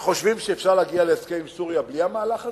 וחושבים שאפשר להגיע להסכם עם סוריה בלי המהלך הזה?